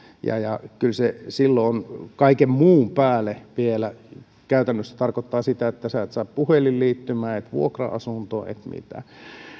kyllä silloin kaiken muun päälle käytännössä tarkoittavat vielä sitä että et saa puhelinliittymää et vuokra asuntoa et